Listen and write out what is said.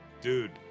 Dude